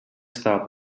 estava